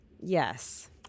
Yes